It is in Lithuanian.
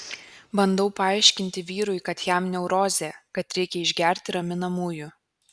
bandau paaiškinti vyrui kad jam neurozė kad reikia išgerti raminamųjų